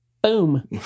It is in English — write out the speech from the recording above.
Boom